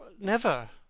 never,